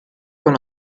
con